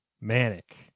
Manic